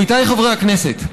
עמיתיי חברי הכנסת,